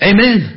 Amen